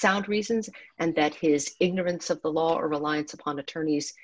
sound reasons and that his ignorance of the law or reliance upon attorneys